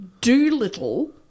Doolittle